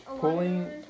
pulling